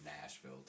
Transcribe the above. Nashville